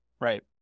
Right